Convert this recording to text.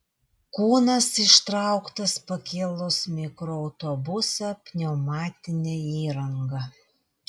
kūnas ištrauktas pakėlus mikroautobusą pneumatine įranga